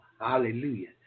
Hallelujah